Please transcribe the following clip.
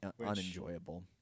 unenjoyable